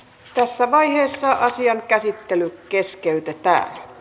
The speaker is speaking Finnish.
keskustelu ja asian käsittely keskeytettiin